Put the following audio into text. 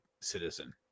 citizen